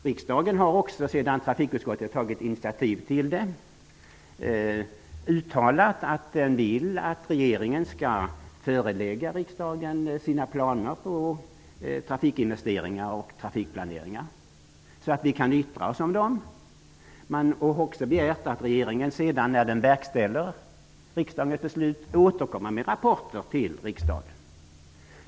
Riksdagen har också, sedan trafikutskottet tagit initiativ till det, uttalat att den vill att regeringen skall förelägga riksdagen sina planer på trafikinvesteringar och trafikplaneringar så att vi kan yttra oss om dem. Man har också begärt att regeringen, när den verkställer riksdagens beslut, återkommer med rapporter till riksdagen.